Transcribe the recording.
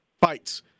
fights